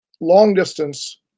long-distance